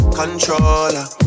controller